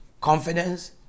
confidence